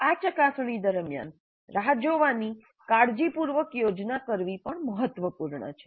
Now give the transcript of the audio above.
આ ચકાસણી દરમિયાન રાહ જોવાની કાળજીપૂર્વક યોજના કરવી પણ મહત્વપૂર્ણ છે